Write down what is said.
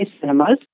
Cinemas